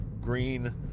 green